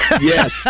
Yes